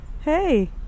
Hey